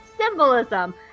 symbolism